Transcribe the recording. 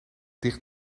dicht